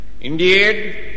Indeed